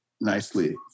nicely